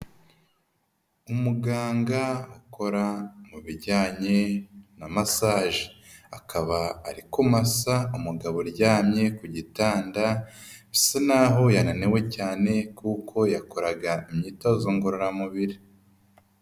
Umuganga akora mu bijyanye na masage. Akaba ari kumasa umugabo aryamye ku gitanda bisa n'aho yananiwe cyane kuko yakoraga imyitozo ngororamubiri.